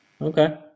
Okay